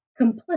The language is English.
complicit